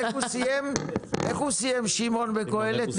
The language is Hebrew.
זה בהחלט צעד מבורך אבל באותה נשימה התקנות נותנות